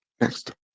Next